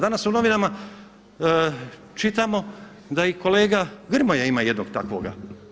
Danas u novinama čitamo da i kolega Grmoja ima jednog takvoga.